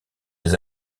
des